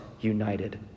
united